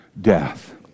death